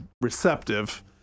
receptive